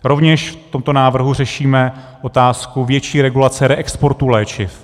Rovněž v tomto návrhu řešíme otázku větší regulace reexportu léčiv.